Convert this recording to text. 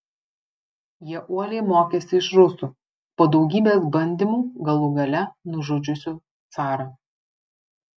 jie uoliai mokėsi iš rusų po daugybės bandymų galų gale nužudžiusių carą